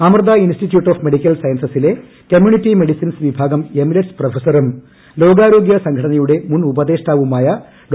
Amrita institute of medical സയൻസസിലെ community medicine ്ലീഭാഗം emeritus പ്രൊഫസറും ലോകാരോഗൃ സംഘടനയുടെ മുൻ ഉപദേഷ്ടാവുമായ ഡോ